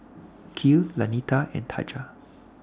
Kiel Lanita and Taja